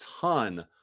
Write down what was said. ton